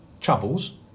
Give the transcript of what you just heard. Troubles